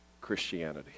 Christianity